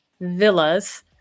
Villas